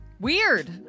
weird